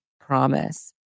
promise